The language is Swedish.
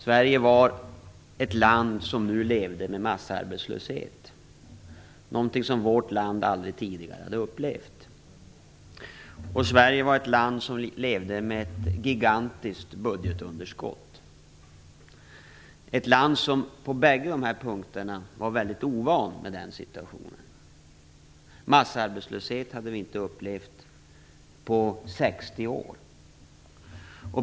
Sverige var ett land som nu levde med massarbetslöshet, någonting som vårt land aldrig tidigare hade upplevt. Sverige var ett land som levde med ett gigantiskt budgetunderskott. Det var ett land som på bägge dessa punkter var väldigt ovant vid den situationen. Massarbetslöshet hade vi inte upplevt på 60 år.